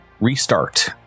restart